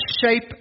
shape